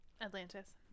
Atlantis